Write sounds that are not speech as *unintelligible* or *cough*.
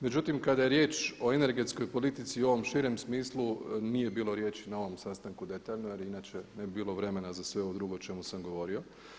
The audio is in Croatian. Međutim kada je riječ o energetskoj politici u ovom širem smislu nije bilo riječi na ovom sastanku da je … *unintelligible* inače ne bi bilo vremena za sve ovo drugo o čemu sam govorio.